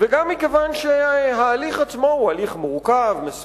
וגם מכיוון שההליך עצמו הוא הליך מורכב, מסובך,